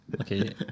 Okay